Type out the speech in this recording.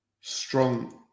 strong